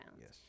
Yes